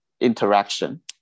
interaction